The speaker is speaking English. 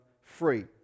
free